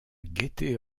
gaieté